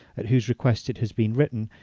at whose request it has been written,